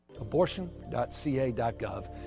Abortion.ca.gov